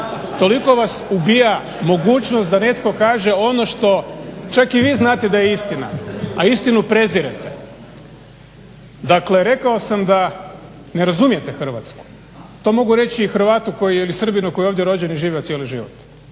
Toliko vas ubija mogućnost da netko kaže ono što čak i vi znate da je istina, a istinu prezirete. Dakle, rekao sam da ne razumijete Hrvatsku. To mogu reći i Hrvatu koji je ili Srbinu koji je ovdje rođen i živi cijeli život.